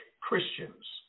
Christians